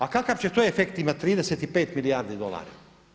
A kakav će to efekt imati 35 milijardi dolara?